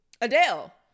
Adele